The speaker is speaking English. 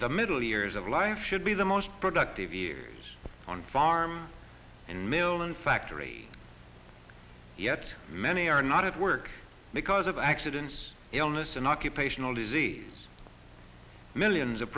the middle years of life should be the most productive years on farms and mill and factory yet many are not at work because of accidents illness and occupational disease millions of